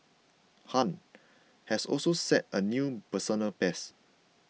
Han has also set a new personal best